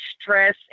stress